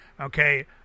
Okay